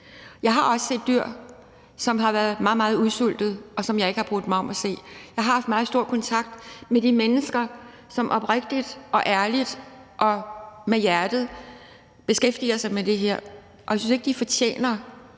Jeg har også set dyr, som har været meget, meget udsultede, og som jeg ikke har brudt mig om at se. Jeg har haft meget stor kontakt med de mennesker, som oprigtigt og ærligt og med hjertet beskæftiger sig med det her, og jeg synes ikke, de fortjener andet